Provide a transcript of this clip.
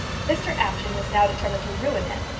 mr apjohn was now determined to ruin him.